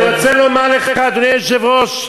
אני רוצה לומר לך, אדוני היושב-ראש,